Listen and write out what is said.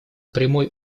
прямой